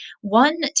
one